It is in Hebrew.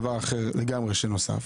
דבר אחר לגמרי שנוסף.